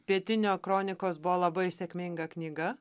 pietinio kronikos buvo labai sėkminga knyga